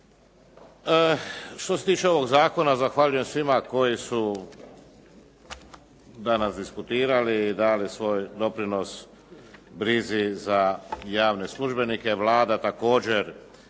Što se tiče ovoga zakona, zahvaljujem svima koji su danas diskutirali i dali svoj doprinos brizi za javne službenike. Vlada također